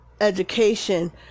education